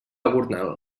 gornal